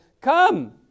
Come